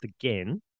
again